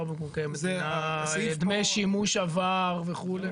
דמי שימוש עבר וכדומה.